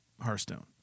Hearthstone